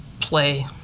play